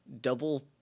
double